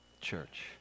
Church